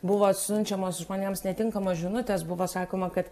buvo siunčiamos žmonėms netinkamos žinutės buvo sakoma kad